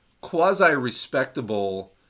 quasi-respectable